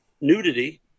nudity